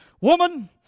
Woman